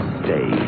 stay